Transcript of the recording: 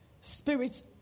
Spirits